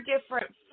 different